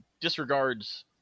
disregards